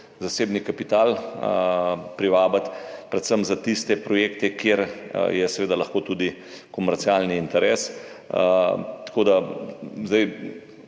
zasebni kapital privabiti predvsem za tiste projekte, kjer je seveda lahko tudi komercialni interes. Zaenkrat na